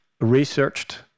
researched